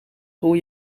hoe